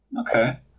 Okay